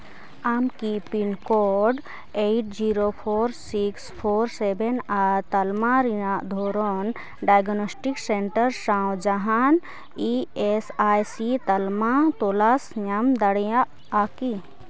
ᱟᱢ ᱠᱤ pin code eight zero four six four seven ᱟᱨ ᱛᱟᱞᱢᱟ ᱨᱮᱭᱟᱜ ᱫᱷᱚᱨᱚᱱ ᱰᱟᱭᱜᱚᱱᱚᱥᱴᱤᱠ ᱥᱮᱱᱴᱟᱨ ᱥᱟᱶ ᱡᱟᱦᱟᱱ ᱤ ᱮᱥ ᱟᱭ ᱥᱤ ᱛᱟᱞᱢᱟ ᱛᱚᱞᱟᱥ ᱧᱟᱢ ᱫᱟᱲᱮᱭᱟᱜᱼᱟ ᱠᱤ